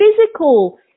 physical